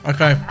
Okay